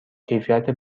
کیفیت